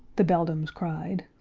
the beldams cried.